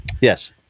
Yes